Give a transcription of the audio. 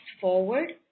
forward